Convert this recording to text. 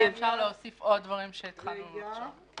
עליה אפשר להוסיף עוד דברים שהתחלנו לחשוב עליהם.